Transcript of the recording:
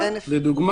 למשל,